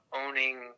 owning